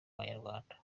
abanyarwanda